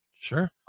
Sure